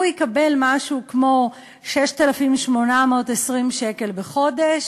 הוא יקבל משהו כמו 6,820 שקל בחודש,